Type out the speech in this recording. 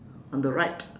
on the right